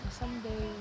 someday